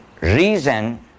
reason